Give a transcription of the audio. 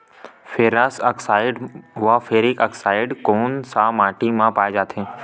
Ferrous oxide व ferric oxide कोन सा माटी म पाय जाथे?